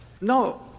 No